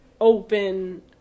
open